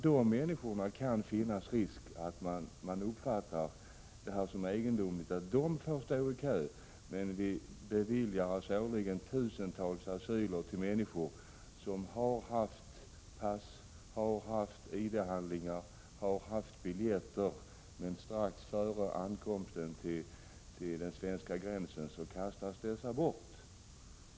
Det är klart att det kan finnas risk för att de uppfattar som egendomligt att de för stå i kö samtidigt som vi beviljar asyl åt tusentals människor som har haft biljetter, pass och id-handlingar men kastat bort dessa strax före ankomsten till den svenska gränsen.